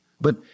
But-